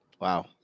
Wow